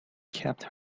kept